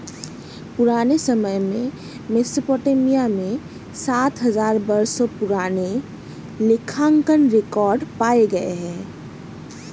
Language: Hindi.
पुराने समय में मेसोपोटामिया में सात हजार वर्षों पुराने लेखांकन रिकॉर्ड पाए गए हैं